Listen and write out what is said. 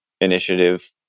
initiative